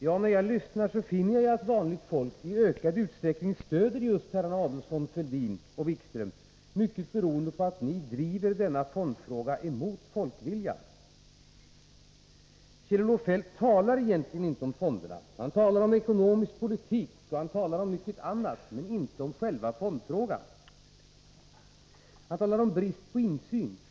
Ja, när jag lyssnar finner jag att vanligt folk i ökad utsträckning stöder herrarna Adelsohn, Fälldin och Wikström, mycket beroende på att ni driver denna fondfråga emot folkviljan. Kjell-Olof Feldt talar egentligen inte om fonderna. Han talar om ekonomisk politik och mycket annat, men inte om själva fondfrågan. Han talar om brist på insyn.